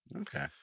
Okay